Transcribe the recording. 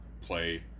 play